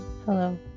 Hello